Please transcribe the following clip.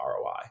ROI